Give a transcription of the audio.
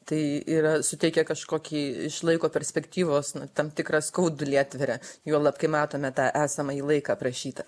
tai yra suteikia kažkokį išlaiko perspektyvos tam tikrą skaudulį atveria juolab kai matome tą esamąjį laiką aprašytą